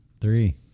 Three